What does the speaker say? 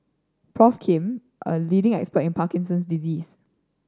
Prof Kim a leading expert in Parkinson's disease